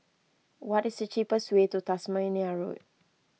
what is the cheapest way to Tasmania Road